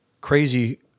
crazy